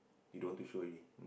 they don't want to show already